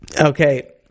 okay